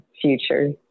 future